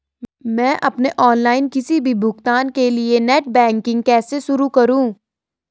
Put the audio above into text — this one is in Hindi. मैं अपने ऑनलाइन किसी भी भुगतान के लिए नेट बैंकिंग कैसे शुरु करूँ?